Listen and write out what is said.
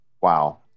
wow